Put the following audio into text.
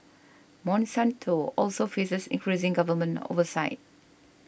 Monsanto also faces increasing government oversight